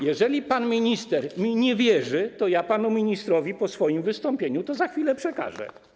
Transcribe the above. Jeżeli pan minister mi nie wierzy, to ja panu ministrowi po swoim wystąpieniu to za chwilę przekażę.